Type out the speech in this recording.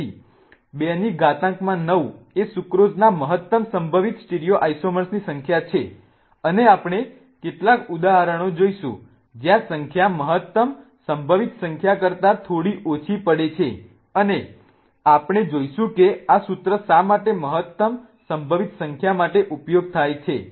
તેથી 2 ની ઘાતકમાં 9 એ સુક્રોઝના મહત્તમ સંભવિત સ્ટીરિયોઆઈસોમર્સની સંખ્યા છે અને આપણે કેટલાક ઉદાહરણો જોઈશું જ્યાં સંખ્યા મહત્તમ સંભવિત સંખ્યા કરતા થોડી ઓછી પડે છે અને આપણે જોઈશું કે આ સૂત્ર શા માટે મહત્તમ સંભવિત સંખ્યા માટે ઉપયોગ થાય છે